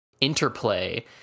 interplay